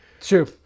true